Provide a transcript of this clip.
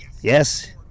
Yes